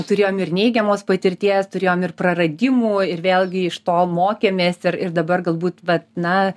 turėjom ir neigiamos patirties turėjom ir praradimų ir vėlgi iš to mokėmės ir ir dabar galbūt vat na